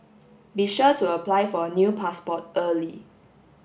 be sure to apply for a new passport early